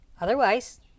Otherwise